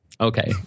okay